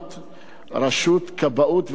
יום עצוב,